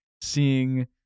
seeing